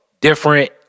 different